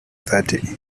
thirty